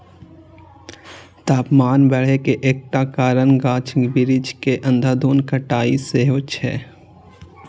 तापमान बढ़े के एकटा कारण गाछ बिरिछ के अंधाधुंध कटाइ सेहो छै